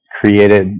created